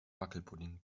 wackelpudding